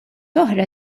oħra